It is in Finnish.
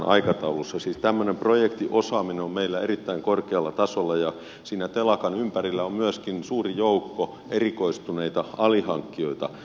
siis tämmöinen projektiosaaminen on meillä erittäin korkealla tasolla ja siinä telakan ympärillä on myöskin suuri joukko erikoistuneita alihankkijoita